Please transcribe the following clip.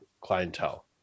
clientele